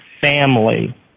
family